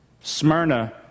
Smyrna